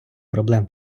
проблем